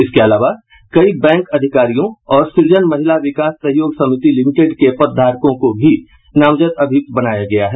इसके अलावा कई बैंक अधिकारियों और सृजन महिला विकास सहयोग समिति लिमिटेड के पदधारकों को भी नामजद अभियुक्त बनाया गया है